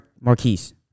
Marquise